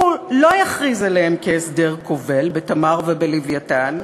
הוא לא יכריז עליהם כהסדר כובל ב"תמר" וב"לווייתן"